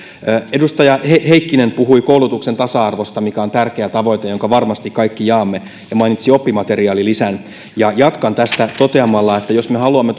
edustaja heikkinen puhui koulutuksen tasa arvosta mikä on tärkeä tavoite jonka varmasti kaikki jaamme ja mainitsi oppimateriaalilisän jatkan tästä toteamalla että jos me haluamme